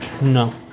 No